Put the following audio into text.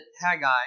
Haggai